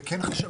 הבנתי.